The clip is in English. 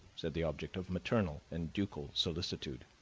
said the object of maternal and ducal solicitude.